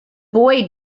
boy